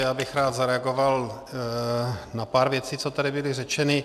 Já bych rád zareagoval na pár věcí, co tady byly řečeny.